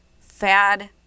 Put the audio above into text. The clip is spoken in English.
fad